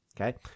Okay